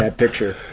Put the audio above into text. ah picture.